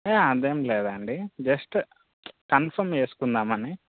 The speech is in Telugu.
ఏ అదేమి లేదండి జస్ట్ కన్ఫార్మ్ చేసుకుందామని